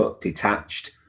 detached